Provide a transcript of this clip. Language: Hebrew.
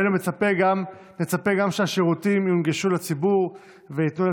אני מצפה גם שהשירותים יונגשו לציבור וייתנו את